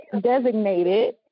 designated